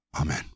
Amen